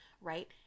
right